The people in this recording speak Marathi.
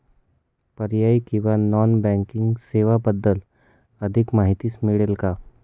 पर्यायी किंवा नॉन बँकिंग सेवांबद्दल अधिक माहिती मिळेल का?